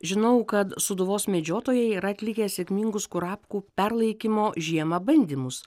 žinau kad sūduvos medžiotojai yra atlikę sėkmingus kurapkų perlaikymo žiemą bandymus